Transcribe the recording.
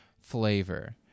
flavor